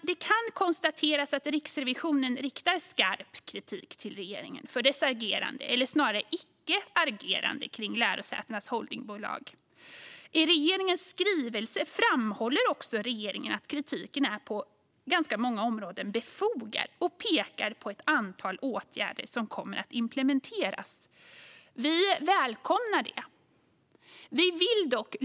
Det kan konstateras att Riksrevisionen riktar skarp kritik mot regeringen för dess agerande eller snarare icke-agerande vad avser lärosätenas holdingbolag. I regeringens skrivelse framhåller också regeringen att kritiken på många områden är befogad och pekar på ett antal åtgärder som kommer att genomföras. Vi välkomnar detta.